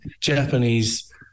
Japanese